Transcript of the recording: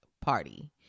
party